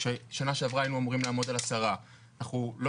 כששנה שעברה היינו אמורים לעמוד על 10%. אנחנו לא